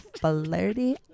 flirty